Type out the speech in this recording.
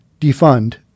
defund